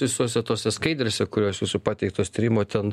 visose tose skaidrėse kurios jūsų pateiktos tyrimo ten